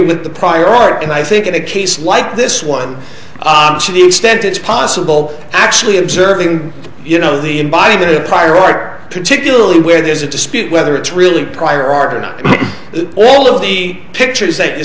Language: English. with the prior art and i think in a case like this one to the extent it's possible actually observing you know the invited prior art particularly where there's a dispute whether it's really prior art or not all of the pictures that you